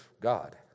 God